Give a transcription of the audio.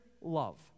love